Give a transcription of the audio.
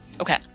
Okay